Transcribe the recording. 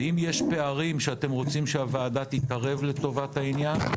ואם יש פערים שאתם רוצים שהוועדה תתערב לטובת העניין,